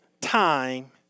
time